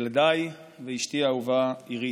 ילדיי ואשתי האהובה אירית.